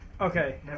Okay